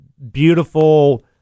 beautiful